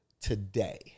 Today